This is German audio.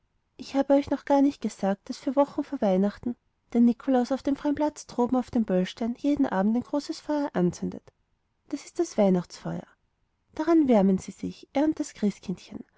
ich habe euch noch gar nicht gesagt daß vier wochen vor weihnachten der nikolaus auf dem freien platz droben auf dem böllstein jeden abend ein großes feuer anzündet das ist das weihnachtsfeuer daran wärmen sie sich er und das christkindchen